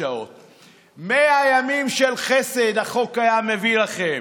100 ימים של חסד החוק היה מביא לכם,